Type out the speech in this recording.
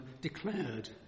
declared